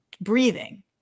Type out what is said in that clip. breathing